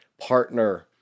partner